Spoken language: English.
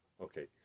Okay